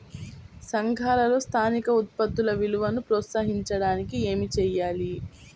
సంఘాలలో స్థానిక ఉత్పత్తుల విలువను ప్రోత్సహించడానికి ఏమి చేయాలి?